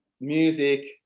music